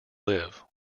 live